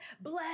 bless